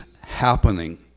happening